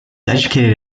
educated